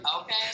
okay